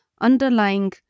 underlying